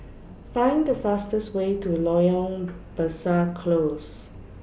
Find The fastest Way to Loyang Besar Close